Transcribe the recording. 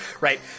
Right